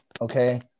Okay